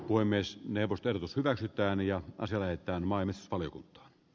voi myös neuvottelut us hyväksytään ja asioitten mainospaljoko b